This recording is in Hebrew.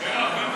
מירב,